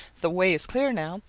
the way is clear now,